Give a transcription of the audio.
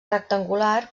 rectangular